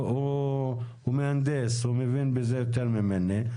הוא מהנדס, הוא מבין בזה יותר ממני.